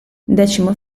decimo